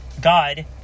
God